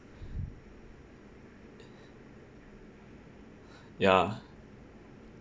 ya